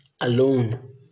alone